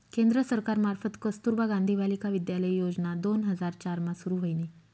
केंद्र सरकार मार्फत कस्तुरबा गांधी बालिका विद्यालय योजना दोन हजार चार मा सुरू व्हयनी